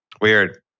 Weird